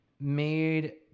made